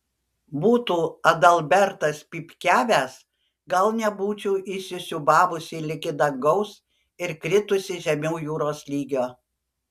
būtų adalbertas pypkiavęs gal nebūčiau įsisiūbavusi ligi dangaus ir kritusi žemiau jūros lygio